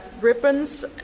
ribbons